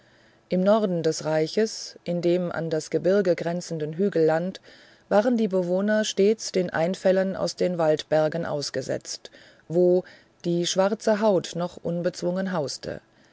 im norden des reiches in dem an das gebirge grenzenden hügelland waren die bewohner stets den einfällen aus den waldbergen ausgesetzt wo die schwarze haut noch unbezwungen hauste